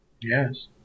Yes